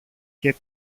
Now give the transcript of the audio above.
και